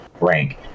rank